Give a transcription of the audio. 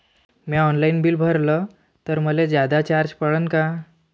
म्या online bill भरलं तर मले जादा चार्ज पडन का?